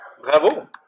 Bravo